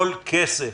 כל כסף,